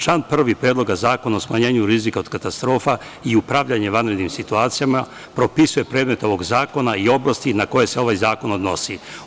Član 1. Predloga zakona o smanjenju rizika od katastrofa i upravljanje vanrednim situacijama propisuje predmet ovog zakona i oblasti na koje se ovaj zakon odnosi.